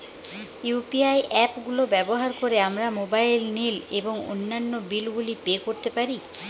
UPI app গুলো ব্যবহার করে আমরা মোবাইল নিল এবং অন্যান্য বিল গুলি পে করতে পারি